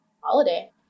holiday